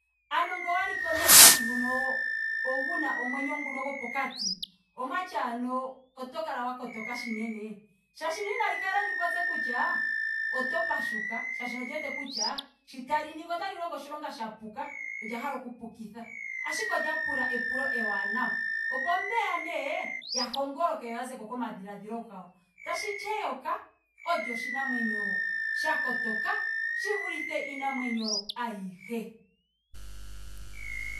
Ano ngele owa liko nee komuti nguno gomwenyo nguno gopokati. omwati ano oto kala wa kotoka shili? Molwaashoka inali hala li popye kutya oto pashuka. molwaashoka oli wete kutya shi tali ningi otali longo oshilonga sha puka. olya hala oku pukitha. Ashike olya pula epulo ewanawa opo mbeya nee ya hongoloke yo ya zeko komadhiladhilo gawo. Tashiti eyoka olyo oshinamwenyo sha kotoka shi vulithe iinamwenyo ayihe.